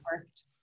first